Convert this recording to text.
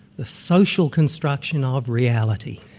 the social construction ah of reality.